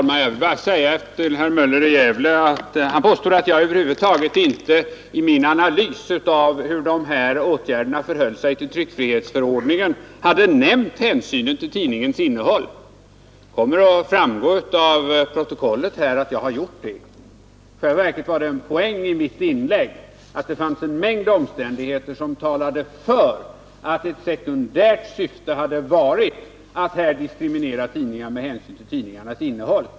Herr talman! Herr Möller i Gävle påstår att jag i min analys av hur de aktuella åtgärderna förhåller sig till tryckfrihetsförordningen över huvud taget inte hade nämnt hänsynen till tidningens innehåll. Det kommer att framgå av protokollet att jag gjorde det. Det var i själva verket en poäng i mitt inlägg att en mängd omständigheter talar för att ett sekundärt syfte i detta sammanhang hade varit att diskriminera tidningar med hänsyn till deras innehåll.